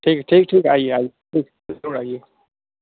ٹھیک ہے ٹھیک ٹھیک آئیے آئیے ٹھیک ضرور آئیے